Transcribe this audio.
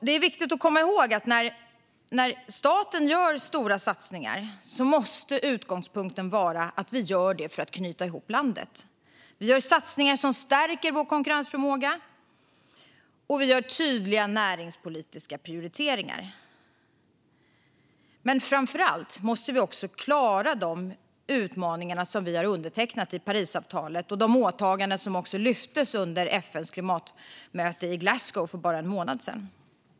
Det är viktigt att komma ihåg att när staten gör stora satsningar måste utgångspunkten vara att vi gör det för att knyta ihop landet. Vi gör satsningar som stärker vår konkurrensförmåga, och vi gör tydliga näringspolitiska prioriteringar. Men framför allt måste vi klara de utmaningar som vi har undertecknat i Parisavtalet och de åtaganden som också lyftes under FN:s klimatmöte i Glasgow för bara en månad sedan.